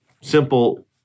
simple